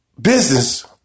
Business